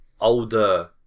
older